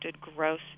gross